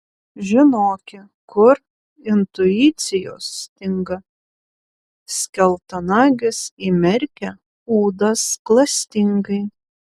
žinoki kur intuicijos stinga skeltanagis įmerkia ūdas klastingai